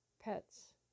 pets